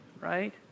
right